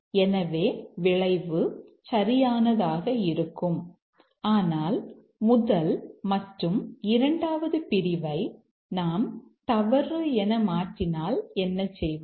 எனவே விளைவு சரியானதாக இருக்கும் ஆனால் முதல் மற்றும் இரண்டாவது பிரிவை நாம் தவறு என மாற்றினால் என்ன செய்வது